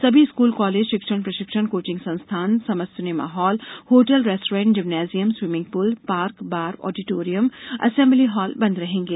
सभी school college शिक्षण प्रशिक्षण कोचिंग संस्थान समस्त cinema hall hotel restaurant gymnasium swimming प्रल park bar auditorium assembly hall बंद रहेंगे